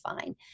fine